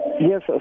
Yes